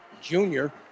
junior